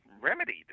remedied